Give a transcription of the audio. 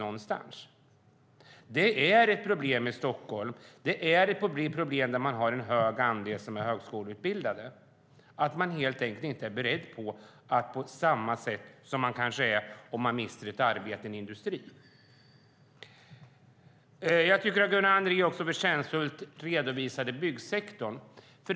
Detta är ett problem i Stockholm. Detta är ett problem när man har en hög andel högskoleutbildade. Man är helt enkelt inte lika beredd på att vidareutbilda sig som man kanske är om man mister arbetet i industrin. Jag tycker att Gunnar Andrén förtjänstfullt redovisade det som gäller byggsektorn.